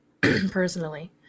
personally